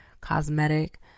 cosmetic